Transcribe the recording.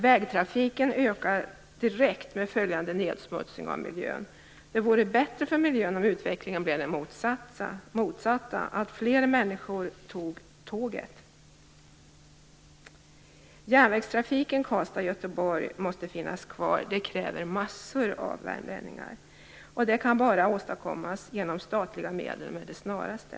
Vägtrafiken ökar direkt med följande nedsmutsning av miljön. Det vore bättre för miljön om utvecklingen blev den motsatta, dvs. att fler människor tog tåget. Järnvägstrafiken Karlstad-Göteborg måste finnas kvar. Det kräver mängder av värmlänningar. Det kan bara åstadkommas med statliga medel med det snaraste.